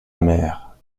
amère